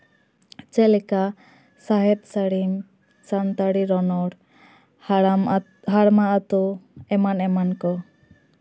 ᱡᱮᱞᱮᱠᱟ ᱥᱟᱶᱦᱮᱫ ᱥᱟᱹᱲᱤᱢ ᱥᱟᱱᱛᱟᱲᱤ ᱨᱚᱱᱚᱲ ᱦᱟᱲᱟᱢ ᱦᱟᱲᱢᱟᱣᱟᱜ ᱟᱛᱳ ᱮᱢᱟᱱᱼᱮᱢᱟᱱ ᱠᱚ